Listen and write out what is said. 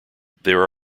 there